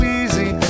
easy